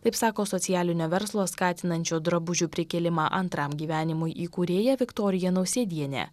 taip sako socialinio verslo skatinančio drabužių prikėlimą antram gyvenimui įkūrėja viktorija nausėdienė